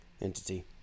entity